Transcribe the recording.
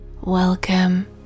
Welcome